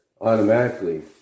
automatically